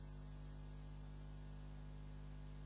Hvala vam